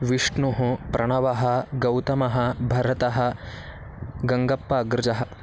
विष्णुः प्रणवः गौतमः भरतः गङ्गप्प अग्रजः